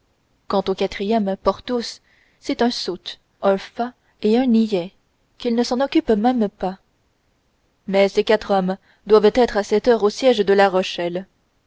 quant au quatrième porthos c'est un sot un fat et un niais qu'il ne s'en occupe même pas mais ces quatre hommes doivent être à cette heure au siège de la rochelle